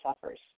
suffers